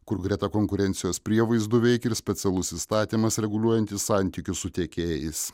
kur greta konkurencijos prievaizdų veikė ir specialus įstatymas reguliuojantis santykius su tiekėjais